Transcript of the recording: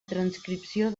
transcripció